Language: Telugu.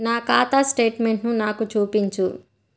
నా ఖాతా స్టేట్మెంట్ను నాకు చూపించు